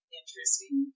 interesting